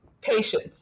patience